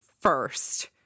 first